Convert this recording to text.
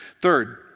Third